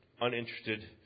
Uninterested